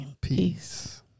Peace